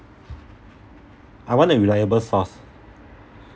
I want a reliable source